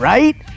Right